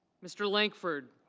mr. langford.